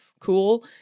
cool